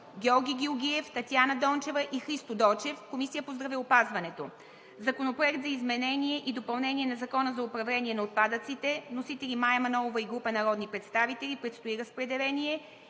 Георги Георгиев, Татяна Дончева и Христо Дочев. Водеща е Комисията по здравеопазването. Законопроект за изменение и допълнение на Закона за управление на отпадъците. Вносители – Мая Манолова и група народни представители. Предстои разпределение.